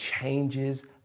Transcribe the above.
changes